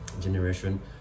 generation